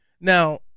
Now